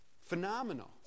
Phenomenal